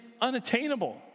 unattainable